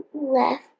left